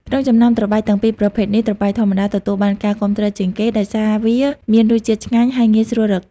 ក្នុងចំណោមត្របែកទាំងពីរប្រភេទនេះ ត្របែកធម្មតា ទទួលបានការគាំទ្រជាងគេ ដោយសារវាមានរសជាតិឆ្ងាញ់ ហើយងាយស្រួលរក។